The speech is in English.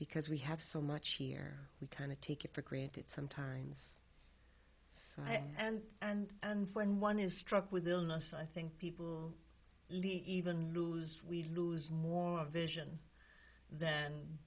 because we have so much here we kind of take it for granted sometimes so and and and when one is struck with illness i think people even lose we lose more of a vision th